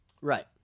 Right